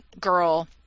girl